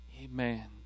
Amen